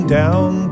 down